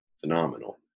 phenomenal